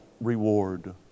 reward